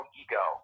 ego